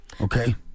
Okay